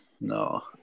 no